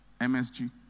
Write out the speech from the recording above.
MSG